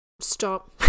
stop